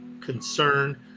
concern